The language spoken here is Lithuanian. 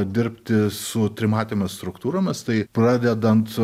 dirbti su trimatėmis struktūromis tai pradedant